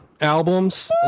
albums